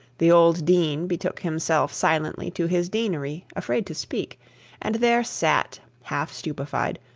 the old dean betook himself silently to his deanery, afraid to speak and there sat, half stupefied,